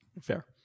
Fair